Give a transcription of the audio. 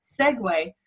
segue